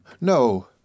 no